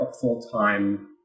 full-time